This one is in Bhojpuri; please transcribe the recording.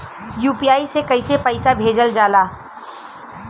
यू.पी.आई से कइसे पैसा भेजल जाला?